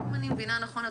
אם אני מבינה נכון,